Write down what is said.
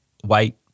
white